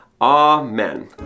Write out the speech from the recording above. Amen